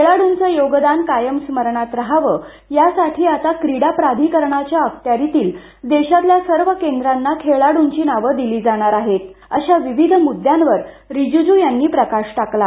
खेळाड्चं योगदान कायम स्मरणात रहावं यासाठी आता क्रीडा प्राधिकरणाच्या अखत्यारीतील देशातल्या सर्व केंद्रांना खेळाडूंची नावं दिली जाणार आहे अशा विविध मुद्द्यांवर रीजीजू यांनी प्रकाश टाकला